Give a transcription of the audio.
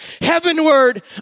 heavenward